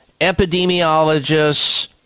epidemiologists